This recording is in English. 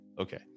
okay